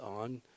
on